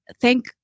thank